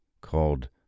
called